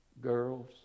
Girls